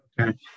Okay